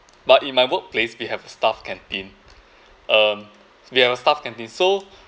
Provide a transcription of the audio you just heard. but in my workplace we have a staff canteen um we have a staff canteen so